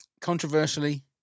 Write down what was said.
Controversially